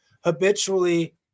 habitually